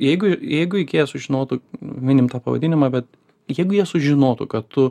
jeigu jeigu ikėja sužinotų minim tą pavadinimą bet jeigu jie sužinotų kad tu